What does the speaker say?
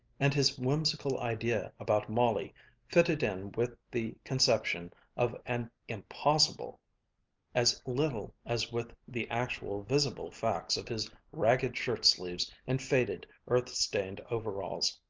and his whimsical idea about molly fitted in with the conception of an impossible as little as with the actual visible facts of his ragged shirt-sleeves and faded, earth-stained overalls.